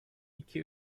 iki